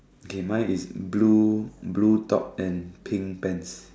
kay mine is blue blue top and pink pants